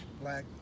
Black